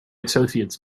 associates